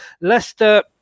Leicester